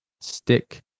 stick